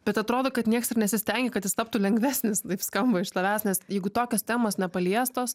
bet atrodo kad nieks ir nesistengia kad jis taptų lengvesnis taip skamba iš tavęs nes jeigu tokios temos nepaliestos